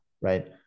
right